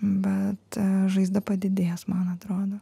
bet žaizda padidės man atrodo